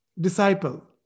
disciple